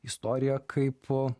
istoriją kaip